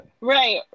right